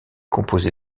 composé